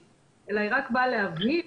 --- אלא היא רק באה להבהיר